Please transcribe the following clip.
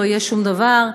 לא יהיה שום דבר,